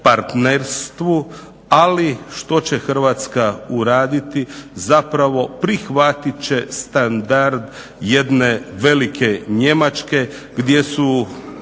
partnerstvu. Ali što će Hrvatska uraditi, zapravo prihvatit će standard jedne velike Njemačke gdje su